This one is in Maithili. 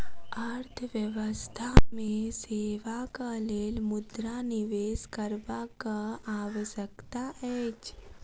अर्थव्यवस्था मे सेवाक लेल मुद्रा निवेश करबाक आवश्यकता अछि